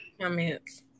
comments